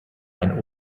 ein